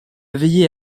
veiller